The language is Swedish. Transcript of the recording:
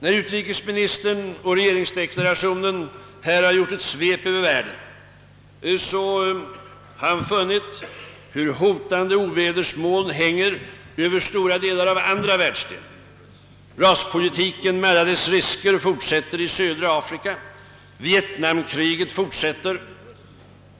När utrikesministern i regeringsdeklarationen gjort ett svep över världen har han funnit att ovädersmolnen hotande hänger över stora delar av andra världsdelar, att raspolitiken med alla dess motsättningar fortsätter i södra Afrika, att vietnamkriget fortfar att rasa.